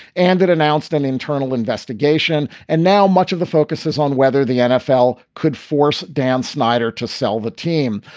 and it announced an internal investigation. and now much of the focus is on whether the nfl could force dan snyder to sell the team.